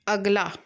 ਅਗਲਾ